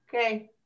Okay